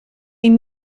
een